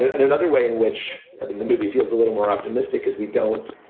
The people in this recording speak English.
and another way in which and the movie feels a little more optimistic, because we don't